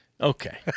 Okay